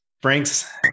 Frank's